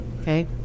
Okay